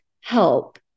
help